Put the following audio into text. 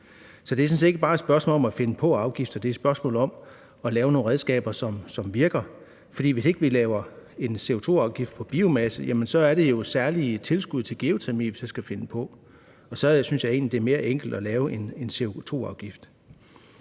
sådan set ikke bare et spørgsmål om at finde på afgifter; det er et spørgsmål om at lave nogle redskaber, som virker. For hvis ikke vi laver en CO2-afgift på biomasse, er det jo særlige tilskud til geotermi, vi så skal finde på, og så synes jeg egentlig, det er mere enkelt at lave en CO2-afgift.